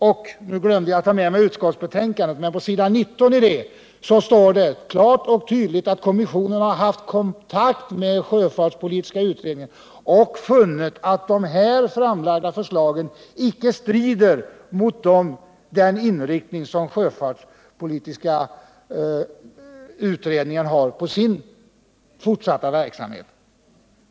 Jag glömde att ta med mig utskottsbetänkandet, men på s. 19 i detta står klart och tydligt att kommissionen har haft kontakt med sjöfartspolitiska utredningen och funnit att här framlagda förslag inte strider emot den inriktning som sjöfartspolitiska utredningen har på sin fortsatta verksamhet.